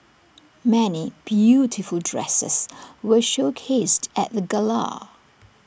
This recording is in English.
many beautiful dresses were showcased at the gala